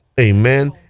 amen